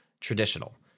traditional